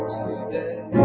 today